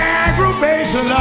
aggravation